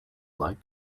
like